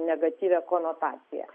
negatyvią konotaciją